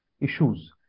issues